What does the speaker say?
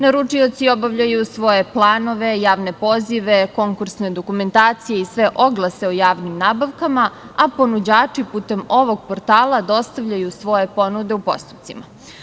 Naručioci obavljaju svoje planove, javne pozive, konkursne dokumentacije i sve oglase o javnim nabavkama, a ponuđači putem ovog portala dostavljaju svoje ponude u postupcima.